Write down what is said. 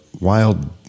wild